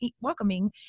welcoming